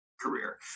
career